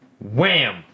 Wham